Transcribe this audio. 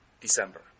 December